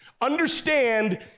Understand